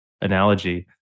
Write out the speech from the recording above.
analogy